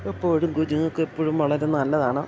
എപ്പോഴും കുഞ്ഞുങ്ങൾക്ക് എപ്പോഴും വളരെ നല്ലതാണ്